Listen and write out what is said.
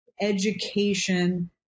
education